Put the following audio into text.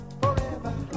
forever